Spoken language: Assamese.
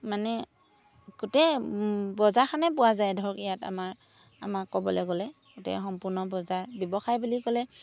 মানে গোটেই বজাৰখনেই পোৱা যায় ধৰক ইয়াত আমাৰ আমাক ক'বলৈ গ'লে গোটেই সম্পূৰ্ণ বজাৰ ব্যৱসায় বুলি ক'লে